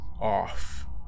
off